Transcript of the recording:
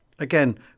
Again